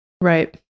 Right